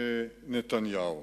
נתניהו.